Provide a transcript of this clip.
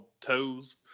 toes